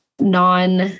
non-